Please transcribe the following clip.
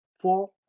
four